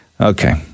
Okay